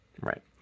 right